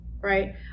Right